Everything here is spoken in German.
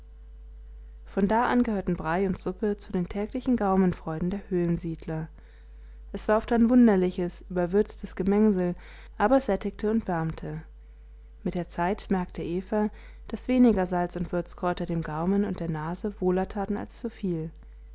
von da an gehörten brei und suppe zu den täglichen gaumenfreuden der höhlensiedler es war oft ein wunderliches überwürztes gemengsel aber es sättigte und wärmte mit der zeit merkte eva daß weniger salz und würzkräuter dem gaumen und der nase wohler taten als zuviel